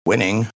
Winning